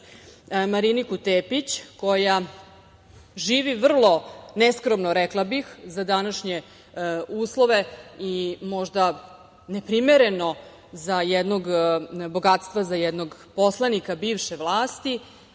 Mariniku Tepić, koja živi vrlo neskromno, rekla bih, za današnje uslove i možda neprimerenog bogatstva za jednog poslanika bivše vlasti.